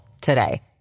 today